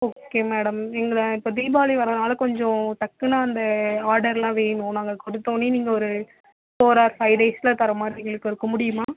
okay madam எங்கள் இப்போ தீபாவளி வரதனால் கொஞ்சம் டக்குன்னு அந்த ஆடர்லாம் வேணும் நாங்கள் கொடுத்தவொன்னே நீங்கள் ஒரு ஃபோர் ஆர் ஃபை டேஸில் தர மாதிரி எங்களுக்கு இருக்கும் முடியுமா